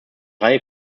reihe